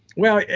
well,